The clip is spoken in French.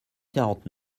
quarante